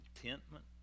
contentment